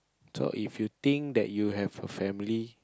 so if you think that you have a family